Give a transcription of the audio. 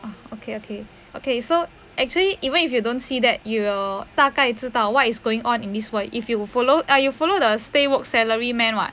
okay okay okay so actually even if you don't see that you will 大概知道 what is going on in this world if you will follow you follow the stay work salary man [what]